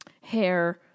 hair